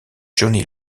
johnny